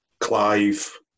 Clive